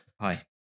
Hi